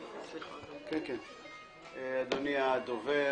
אדוני הדובר,